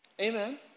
Amen